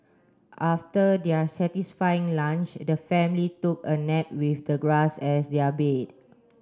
after their satisfying lunch the family took a nap with the grass as their bed